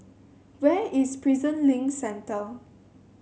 where is Prison Link Centre